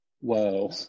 whoa